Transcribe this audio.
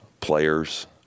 players